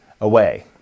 away